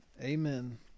Amen